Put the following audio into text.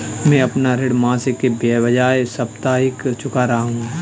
मैं अपना ऋण मासिक के बजाय साप्ताहिक चुका रहा हूँ